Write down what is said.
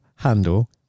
handle